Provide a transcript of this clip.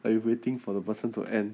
while you waiting for the person to end